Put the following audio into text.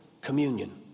communion